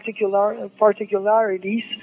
particularities